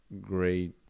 great